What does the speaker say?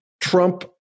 Trump